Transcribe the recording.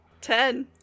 Ten